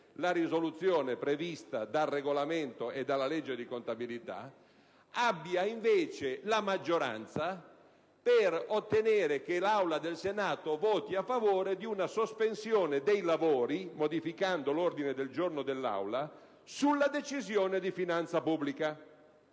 la risoluzione prevista dal Regolamento e dalla legge di contabilità, abbia invece la maggioranza per ottenere che l'Aula del Senato voti a favore di una sospensione dei lavori, modificando l'ordine del giorno dell'Aula, sulla Decisione di finanza pubblica.